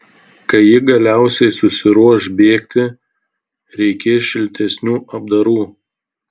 kai ji galiausiai susiruoš bėgti reikės šiltesnių apdarų